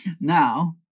Now